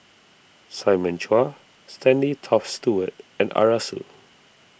Simon Chua Stanley Toft Stewart and Arasu